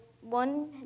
one